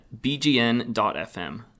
bgn.fm